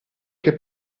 che